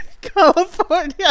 California